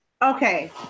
Okay